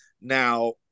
now